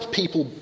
people